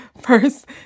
first